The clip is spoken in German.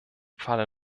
falle